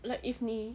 like if 你